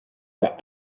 that